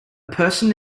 person